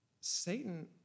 Satan